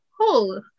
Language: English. Cool